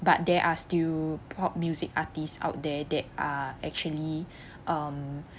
but there are still pop music artist out there that are actually um